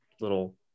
little